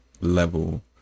level